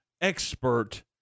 expert